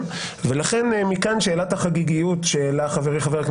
ולכן מכאן שאלת החגיגיות שהעלה חברי,